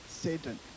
Satan